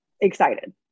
excited